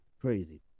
Crazy